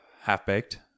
Half-baked